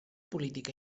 política